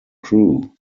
crew